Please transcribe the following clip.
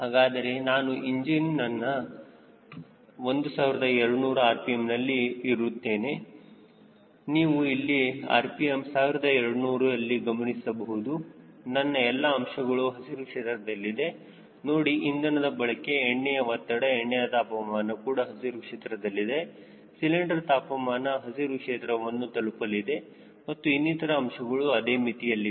ಹಾಗಾದರೆ ನಾನು ಇಂಜಿನ್ನನ್ನ 1200 rpm ನಲ್ಲಿ ಇರುತ್ತೇನೆ ನೀವು ಇಲ್ಲಿ rpm 1200 ಎಲ್ಲಿ ಗಮನಿಸಿ ಗಮನಿಸಬಹುದು ನನ್ನ ಎಲ್ಲಾ ಅಂಶಗಳು ಹಸಿರು ಕ್ಷೇತ್ರದಲ್ಲಿದೆ ನೋಡಿ ಇಂಧನದ ಬಳಕೆ ಎಣ್ಣೆಯ ಒತ್ತಡ ಎಣ್ಣೆಯ ತಾಪಮಾನ ಕೂಡ ಹಸಿರು ಕ್ಷೇತ್ರದಲ್ಲಿದೆ ಸಿಲಿಂಡರ್ ತಾಪಮಾನ ಹಸಿರು ಕ್ಷೇತ್ರವನ್ನು ತಲುಪಲಿದೆ ಮತ್ತು ಇನ್ನಿತರ ಅಂಶಗಳು ಅದೇ ಮಿತಿಯಲ್ಲಿವೆ